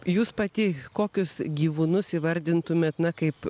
jūs pati kokius gyvūnus įvardintumėt kaip